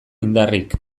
indarrik